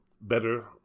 better